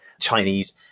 Chinese